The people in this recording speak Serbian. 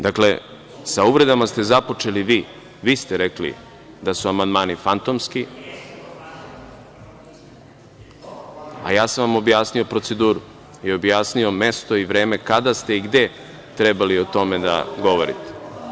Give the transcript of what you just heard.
Dakle, sa uvredama ste započeli vi, vi ste rekli da su amandmani fantomski, a ja sam vam objasnio proceduru i objasnio mesto i vreme kada ste i gde trebali o tome da govorite.